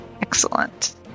Excellent